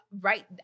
right